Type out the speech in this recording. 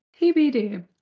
TBD